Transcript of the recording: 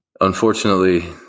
Unfortunately